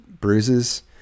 bruises